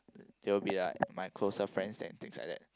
they will be like my closer friends and things like that